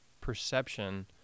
perception